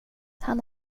han